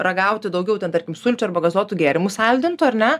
ragauti daugiau ten tarkim sulčių arba gazuotų gėrimų saldintų ar ne